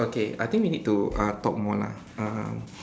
okay I think we need to uh talk more lah um